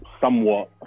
somewhat